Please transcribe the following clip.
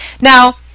now